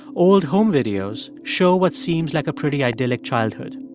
old home-videos show what seems like a pretty idyllic childhood.